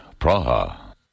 Praha. (